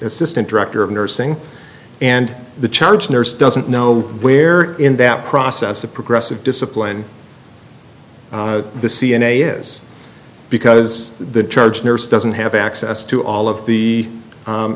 assistant director of nursing and the charge nurse doesn't know where in that process of progressive discipline the c n a is because the charge nurse doesn't have access to all of the